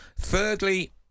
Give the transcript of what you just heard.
thirdly